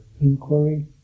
inquiry